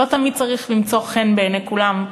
לא תמיד צריך למצוא חן בעיני כולם,